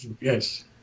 yes